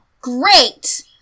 Great